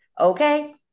Okay